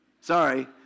Sorry